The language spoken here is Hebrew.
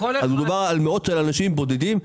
אז מדובר על מאות של אנשים בודדים,